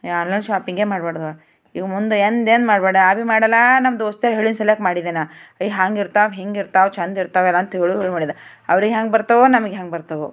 ಈ ಆನ್ಲೈನ್ ಶಾಪಿಂಗೆ ಮಾಡ್ಬಾರ್ದು ಇನ್ನೂ ಒಂದು ಒಂದು ಏನೂ ಮಾಡ್ಬಾರ್ದು ನನ್ನ ದೋಸ್ತ್ ಹೇಳಿದ ಸೆಲೆಕ್ಟ್ ಮಾಡಿದೆ ನಾ ಯೆ ಹ್ಯಾಂಗಿರ್ತವೆ ಹೀಂಗಿರ್ತಾವ್ ಚೆಂದ ಇರ್ತಾವೆ ಅಂತ ಹೇಳಿದ ಮಾಡಿದ ಅವ್ರಿಗೆ ಹ್ಯಾಂಗ್ ಬರ್ತಾವೋ ನಮ್ಗೆ ಹ್ಯಾಂಗ್ ಬರ್ತಾವೋ